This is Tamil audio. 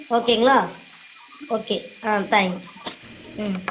ஓகேங்களா ஓகே ஆ தேங்க்ஸ் ம்